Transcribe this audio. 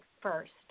first